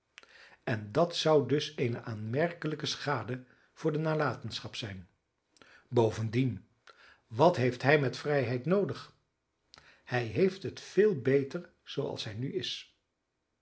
en dat zou dus eene aanmerkelijke schade voor de nalatenschap zijn bovendien wat heeft hij met vrijheid noodig hij heeft het veel beter zooals hij nu is